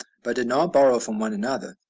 but did not borrow from one another.